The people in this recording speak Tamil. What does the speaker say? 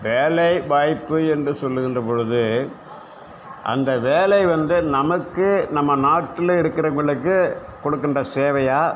வேலைவாய்ப்பு என்ற சொல்லுகின்ற பொழுது அந்த வேலை வந்து நமக்கு நம்ம நாட்டில் இருக்கிறவங்களுக்கு கொடுக்கின்ற சேவையா